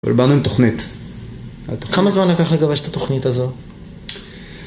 אבל באנו עם תוכנית, כמה זמן לקח לגבש את התוכנית הזו?